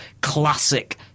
classic